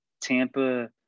Tampa